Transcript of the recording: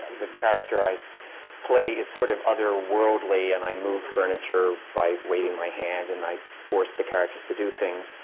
the character i play is sort of otherworldly, and i move furniture by waving my hand, and i force the characters to do things.